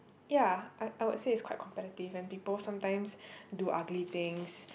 ya I I would say it's quite competitive and people sometimes do ugly things